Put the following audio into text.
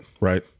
right